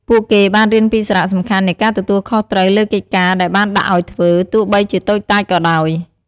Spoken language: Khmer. ពួកគេបានរៀនពីសារៈសំខាន់នៃការទទួលខុសត្រូវលើកិច្ចការដែលបានដាក់ឲ្យធ្វើ ទោះបីជាតូចតាចក៏ដោយ។